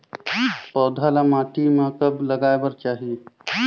पौधा ल माटी म कब लगाए बर चाही?